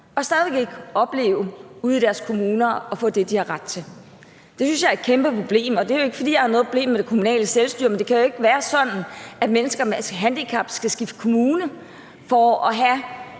men stadig væk ikke ude i deres kommuner opleve at få det, de har ret til. Det synes jeg er et kæmpeproblem, og det er jo ikke, fordi jeg har noget problem med det kommunale selvstyre, men det kan jo ikke være sådan, at mennesker med handicap skal skifte kommune for i